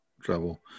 trouble